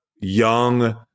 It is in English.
young